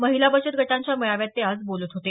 महिला बचत गटांच्या मेळाव्यात ते आज बोलत होते